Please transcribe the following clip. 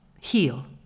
heal